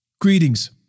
Greetings